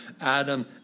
Adam